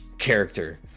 character